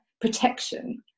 protection